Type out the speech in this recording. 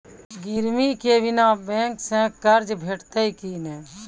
गिरवी के बिना बैंक सऽ कर्ज भेटतै की नै?